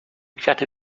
kwiaty